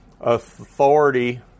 authority